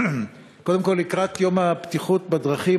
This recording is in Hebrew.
קודם כול לקראת יום הבטיחות בדרכים,